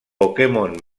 pokémon